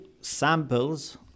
samples